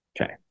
Okay